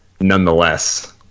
nonetheless